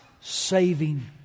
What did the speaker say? saving